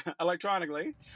Electronically